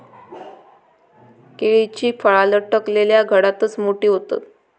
केळीची फळा लटकलल्या घडातच मोठी होतत